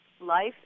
Life